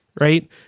Right